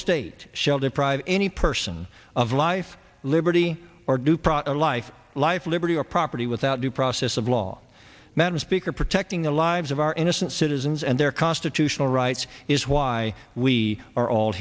state shall deprive any person of life liberty or do proper life life liberty or property without due process of law madam speaker protecting the lives of our innocent citizens and their constitutional rights is why we are all